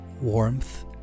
warmth